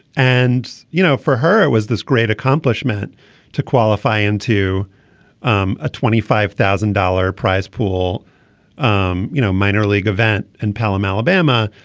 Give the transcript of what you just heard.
and you know for her it was this great accomplishment to qualify into um a twenty five thousand dollar prize pool um you know minor league event in pelham alabama.